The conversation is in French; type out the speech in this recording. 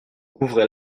ouvrez